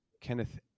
Kenneth